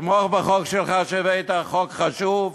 אתמוך בחוק שלך שהבאת, חוק חשוב,